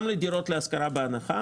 גם לדירות להשכרה בהנחה